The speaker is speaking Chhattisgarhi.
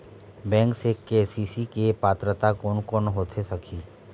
बैंक से के.सी.सी के पात्रता कोन कौन होथे सकही?